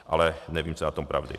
Ale nevím, co je na tom pravdy.